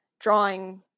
drawing